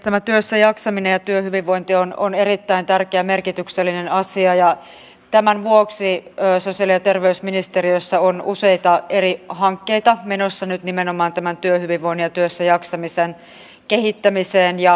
tämä työssä jaksaminen ja työhyvinvointi on erittäin tärkeä ja merkityksellinen asia ja tämän vuoksi sosiaali ja terveysministeriössä on useita eri hankkeita menossa nyt nimenomaan tämän työhyvinvoinnin ja työssä jaksamisen kehittämiseksi ja edistämiseksi